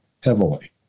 heavily